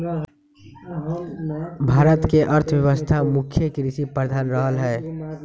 भारत के अर्थव्यवस्था मुख्य कृषि प्रधान रहलै ह